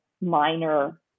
minor